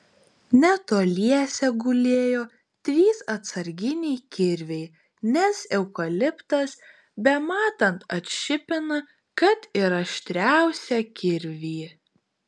netoliese gulėjo trys atsarginiai kirviai nes eukaliptas bematant atšipina kad ir aštriausią kirvį